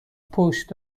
پشت